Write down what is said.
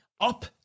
up